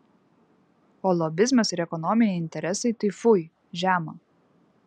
o lobizmas ir ekonominiai interesai tai fui žema